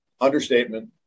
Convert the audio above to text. understatement